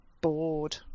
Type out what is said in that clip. bored